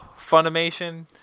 Funimation